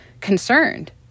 concerned